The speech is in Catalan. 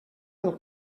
del